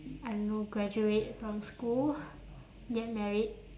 I don't know graduate from school get married